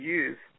use